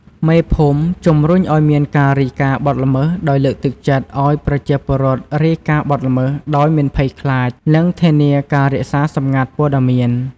មេភូមិជំរុញឲ្យមានការរាយការណ៍បទល្មើសដោយលើកទឹកចិត្តប្រជាពលរដ្ឋឲ្យរាយការណ៍បទល្មើសដោយមិនភ័យខ្លាច និងធានាការរក្សាការសម្ងាត់ព័ត៌មាន។